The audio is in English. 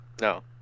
No